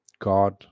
God